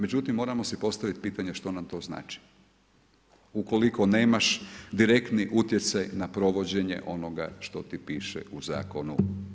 Međutim moramo si postaviti pitanje što nam to znači, ukoliko nemaš direktni utjecaj na provođenje onoga što ti piše u zakonu?